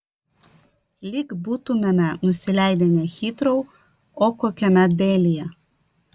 lyg būtumėme nusileidę ne hitrou o kokiame delyje